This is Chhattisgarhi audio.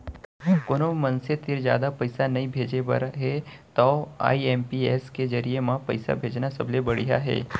कोनो मनसे तीर जादा पइसा नइ भेजे बर हे तव आई.एम.पी.एस के जरिये म पइसा भेजना सबले बड़िहा हे